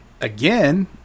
again